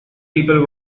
people